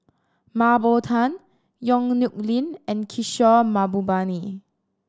Mah Bow Tan Yong Nyuk Lin and Kishore Mahbubani